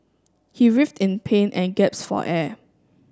he writhed in pain and gasped for air